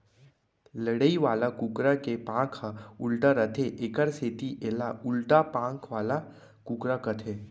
लड़ई वाला कुकरा के पांख ह उल्टा रथे एकर सेती एला उल्टा पांख वाला कुकरा कथें